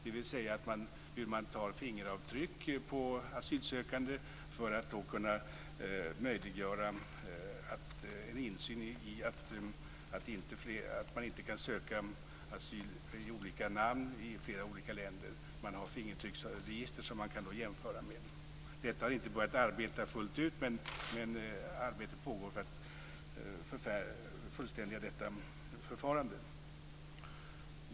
Det gäller hur man tar fingeravtryck på asylsökande för att förhindra att de söker asyl i olika namn i flera olika länder. Man har fingeravtrycksregister och kan jämföra. Man har inte börjat arbeta fullt ut, men arbetet pågår för att fullständiga detta förfarande.